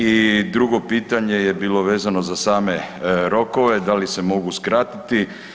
I drugo pitanje je bilo vezano za same rokove da li se mogu skratiti.